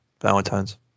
Valentine's